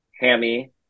hammy